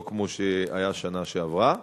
לא כמו שהיה בשנה שעברה.